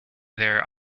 their